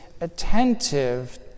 attentive